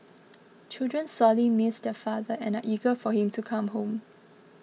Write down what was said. children sorely miss their father and eager for him to come home